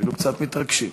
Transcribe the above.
אפילו קצת מתרגשים.